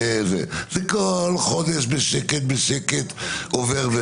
זה כל חודש בשקט עובר.